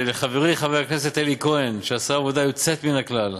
לחברי חבר הכנסת אלי כהן שעשה עבודה יוצאת מן הכלל,